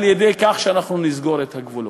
על-ידי כך שאנחנו נסגור את הגבולות.